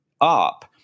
up